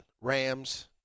Rams